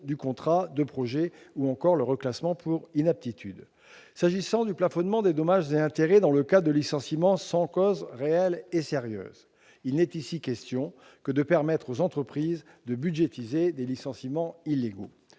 du contrat de projet ou encore le reclassement pour inaptitude. S'agissant du plafonnement des dommages et intérêts dans le cadre de licenciements sans cause réelle et sérieuse, il n'est ici question que de permettre aux entreprises de budgétiser des licenciements illégaux.